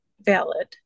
valid